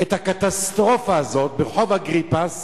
את הקטסטרופה הזאת ברחוב אגריפס